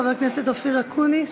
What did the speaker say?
חבר הכנסת אופיר אקוניס,